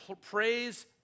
praise